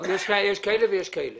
יש כאלה ויש כאלה.